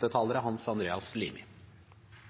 til. Det er